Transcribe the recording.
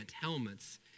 helmets